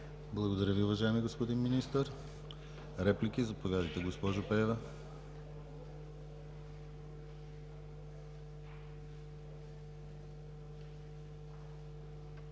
Благодаря Ви, уважаеми господин Министър. Реплики? Заповядайте, госпожо Пеева.